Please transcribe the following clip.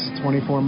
24